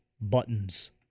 buttons